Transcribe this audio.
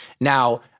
Now